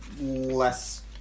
less